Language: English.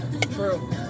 True